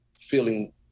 feeling